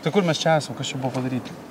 tai kur mes čia esam kas čia buvo padaryta